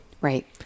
Right